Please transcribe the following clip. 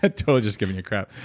ah totally just giving a crap.